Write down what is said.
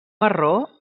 marró